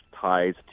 ties